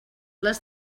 les